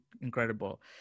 incredible